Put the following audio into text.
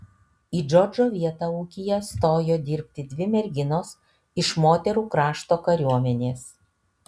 į džordžo vietą ūkyje stojo dirbti dvi merginos iš moterų krašto kariuomenės